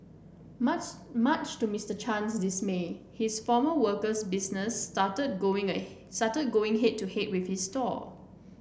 much much to Mister Chen's dismay his former worker's business started going started going head to head with his stall